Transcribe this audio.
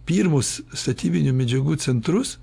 pirmus statybinių medžiagų centrus